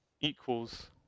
equals